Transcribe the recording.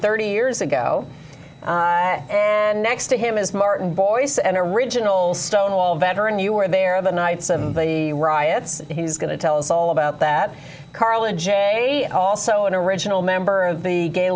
thirty years ago and next to him is martin boyce and original stonewall veteran you were there the nights of the riots he's going to tell us all about that carla jay also an original member of the gay